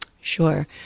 Sure